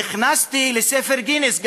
נכנסתי לספר גינס,